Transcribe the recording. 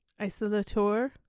Isolator